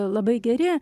labai geri